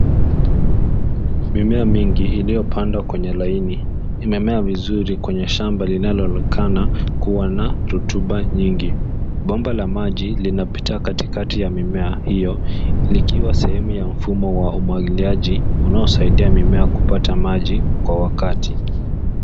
Mimea mingi iliyopandwa kwenye laini imemea vizuri kwenye shamba linaloonekana kuwa na rotuba nyingi. Bomba la maji inapita katikati ya mimea hiyo likiwa sehemu ya mfumo wa umwagiliaji unaosaidia mimea kupata maji kwa wakati.